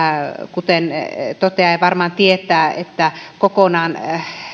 kuten toteaja varmaan tietää kokonaan